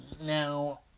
Now